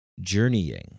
journeying